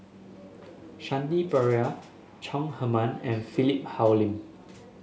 Shanti Pereira Chong Heman and Philip Hoalim